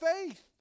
faith